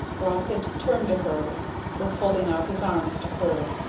ross had turned to her was holding out his arms to her.